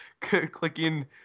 clicking